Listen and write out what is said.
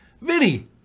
Vinny